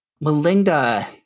Melinda